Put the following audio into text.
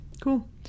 Cool